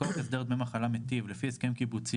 מכוח הסדר דמי מחלה מיטיב לפי הסכם קיבוצי